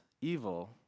evil